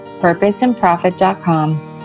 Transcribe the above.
PurposeandProfit.com